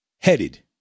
headed